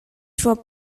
through